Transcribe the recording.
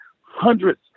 hundreds